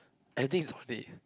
I think it's only